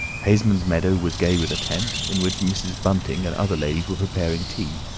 haysman's meadow was gay with a tent, in which mrs. bunting and other ladies were preparing tea,